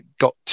got